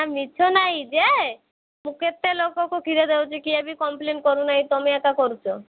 ମିଛ ନାଇଁ ଯେ ମୁଁ କେତେ ଲୋକଙ୍କୁ କ୍ଷୀର ଦେଉଛି କିଏ ବି କମ୍ପ୍ଲେନ୍ କରୁ ନାହିଁ ତୁମେ ଏକା କରୁଛ